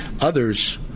Others